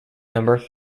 number